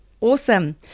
Awesome